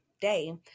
day